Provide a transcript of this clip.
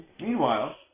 Meanwhile